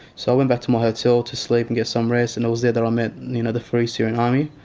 so went back to my hotel to sleep and get some rest. and it was there that i met you know the free syrian army.